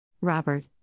Robert